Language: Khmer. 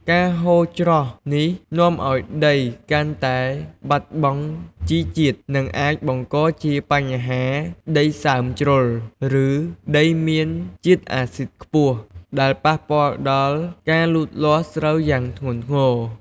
ការហូរច្រោះនេះនាំឱ្យដីកាន់តែបាត់បង់ជីជាតិ និងអាចបង្កជាបញ្ហាដីសើមជ្រុល ឬដីមានជាតិអាស៊ីតខ្ពស់ ដែលប៉ះពាល់ដល់ការលូតលាស់ស្រូវយ៉ាងធ្ងន់ធ្ងរ។